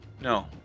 No